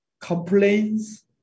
complaints